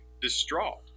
distraught